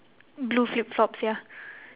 blue flip-flops ya